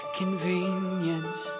convenience